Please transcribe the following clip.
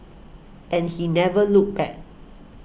and he never looked back